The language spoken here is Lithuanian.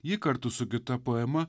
ji kartu su kita poema